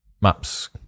maps